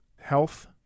health